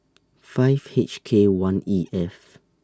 five H K one E F